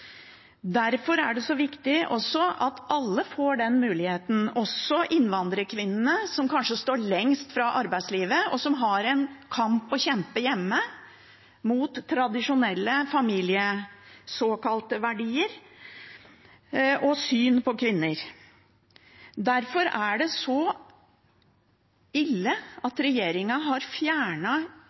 Derfor er det så viktig at alle får den muligheten, også innvandrerkvinnene, som kanskje står lengst fra arbeidslivet, og som har en kamp å kjempe hjemme mot tradisjonelle familie-såkalte-verdier og syn på kvinner. Derfor er det så ille at regjeringen har